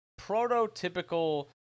prototypical